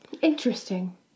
Interesting